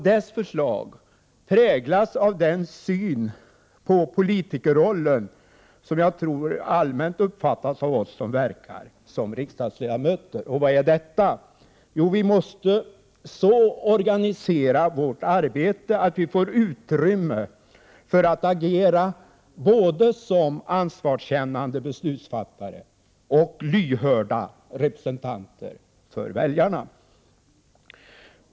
Dess förslag präglas av den syn på politikerrollen som jag tror allmänt omfattas av oss som verkar som riksdagsledamöter. Vilken är då denna? Jo, vi måste så organisera vårt arbete att vi får utrymme för att agera både som ansvarskännande beslutsfattare och som lyhörda representanter för väljarna.